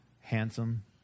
handsome